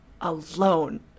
alone